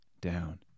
down